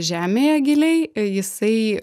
žemėje giliai jisai